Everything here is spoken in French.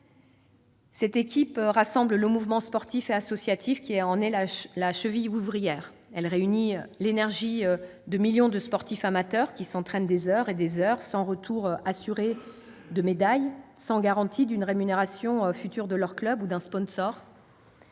Cette équipe rassemble le mouvement sportif et associatif, qui en est la cheville ouvrière. Elle réunit l'énergie de millions de sportifs amateurs qui s'entraînent des heures et des heures sans retour assuré de médaille, sans garantie d'une rémunération future de leur club ou d'un sponsor.